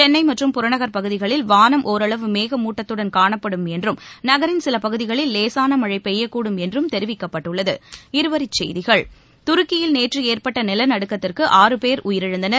சென்னைமற்றும் புறநகர் பகுதிகளில் வானம் ஒரளவு மேகமுட்டத்துடன் காணப்படும் என்றும் நகரின் சிலபகுதிகளில் லேசானமழைபெய்யக்கூடும் என்றும் தெரிவிக்கப்பட்டுள்ளது துருக்கியில் நேற்றுஏற்பட்டநிலநடுக்கத்திற்குஆறுபேர் உயிரிழந்தனர்